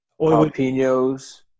Jalapenos